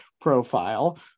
profile